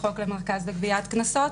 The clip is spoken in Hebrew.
לחוק למרכז לגביית קנסות,